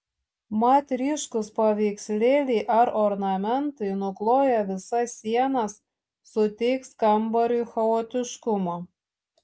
mat ryškūs paveikslėliai ar ornamentai nukloję visas sienas suteiks kambariui chaotiškumo